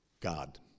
God